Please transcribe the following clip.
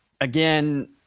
again